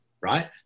right